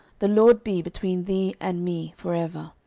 the lord be between thee and me for ever.